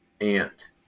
ant